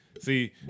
See